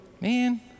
Man